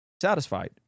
satisfied